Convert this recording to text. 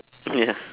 mm ya